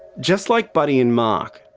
just like buddy and mark,